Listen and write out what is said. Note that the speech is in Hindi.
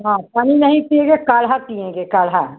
हाँ पानी नहीं पिएँगे काढ़ा पिएँगे काढ़ा